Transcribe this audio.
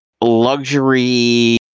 luxury